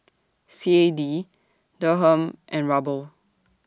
C A D Dirham and Ruble